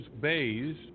bays